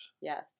Yes